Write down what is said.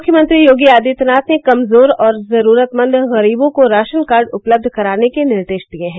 मुख्यमंत्री योगी आदित्यनाथ ने कमजोर और जरूरतमंद गरीबों को राशन कार्ड उपलब्ध कराने के निर्देश दिये हैं